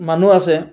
মানুহ আছে